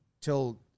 till